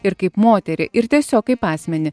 ir kaip moterį ir tiesiog kaip asmenį